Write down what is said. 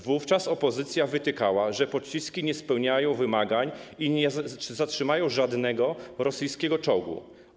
Wówczas opozycja wytykała, że pociski nie spełniają wymagań i nie zatrzymają żadnego rosyjskiego czołgu.